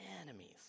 enemies